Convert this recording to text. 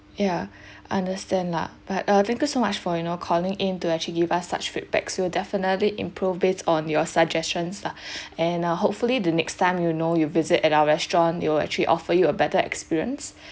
ya understand lah but uh thank you so much for you know calling in to actually give us such feedbacks we will definitely improve based on your suggestions lah and uh hopefully the next time you know you visit at our restaurant it will actually offer you a better experience